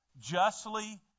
justly